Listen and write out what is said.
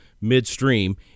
midstream